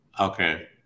Okay